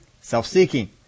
self-seeking